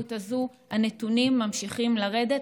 במציאות הזאת, הנתונים ממשיכים לרדת.